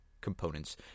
components